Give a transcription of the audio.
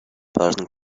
براتون